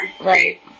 Right